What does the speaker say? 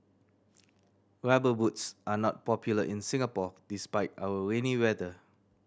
Rubber Boots are not popular in Singapore despite our rainy weather